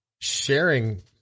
sharing